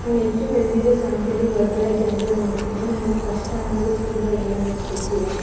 ನಾನು ಹೆಚ್ಚು ಬೆಳೆದಿದ್ದೆ ಸಂತೆಲಿ ಹೊರಗಡೆ ಜನ್ರನ್ನ ನೋಡಿಕೊಂಡು ನನಗೆ ಕಷ್ಟ ಅನ್ನೋದು ತುಂಬ ಏನು ಅನ್ನೋದು ಗೊತ್ತಿದೆ